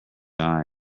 eye